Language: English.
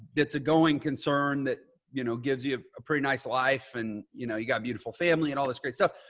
that's a going concern that, you know, gives you a pretty nice life. and you know, you've got beautiful family and all this great stuff.